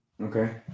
Okay